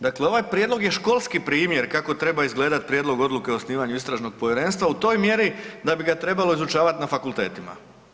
Dakle ovaj prijedlog je školski primjer kako treba izgledati prijedlog odluke o osnivanju istražnog povjerenstva u toj mjeri da bi ga trebalo izučavati na fakultetima.